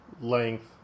length